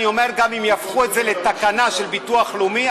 אני אומר: גם אם יהפכו את זה לתקנה של ביטוח לאומי,